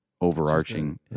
Overarching